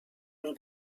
den